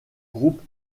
groupe